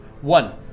One